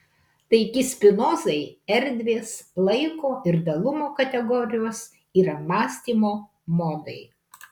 taigi spinozai erdvės laiko ir dalumo kategorijos yra mąstymo modai